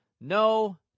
No